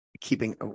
keeping